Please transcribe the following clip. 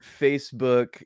Facebook